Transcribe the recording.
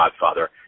godfather